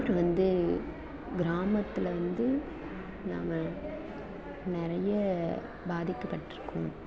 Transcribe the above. அப்புறோம் வந்து கிராமத்தில் வந்து நாம் நிறைய பாதிக்கப்பட்டுருக்கோம்